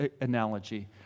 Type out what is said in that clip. analogy